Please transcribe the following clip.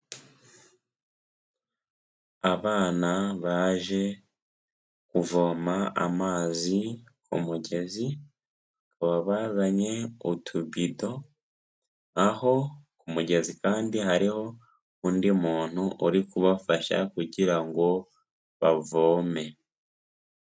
Abana baje kuvoma amazi ku mugezi, bakaba bazanye utubido, aho ku mugezi kandi hariho undi muntu uri kubafasha kugira ngo bavome.